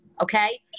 okay